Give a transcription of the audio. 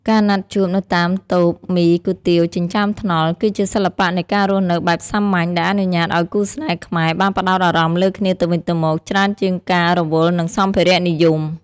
ការណាត់ជួបនៅតាមតូបមីគុយទាវចិញ្ចើមថ្នល់ គឺជាសិល្បៈនៃការរស់នៅបែបសាមញ្ញ ដែលអនុញ្ញាតឱ្យគូស្នេហ៍ខ្មែរបានផ្ដោតអារម្មណ៍លើគ្នាទៅវិញទៅមក ច្រើនជាងការរវល់នឹងសម្ភារៈនិយម។